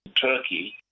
Turkey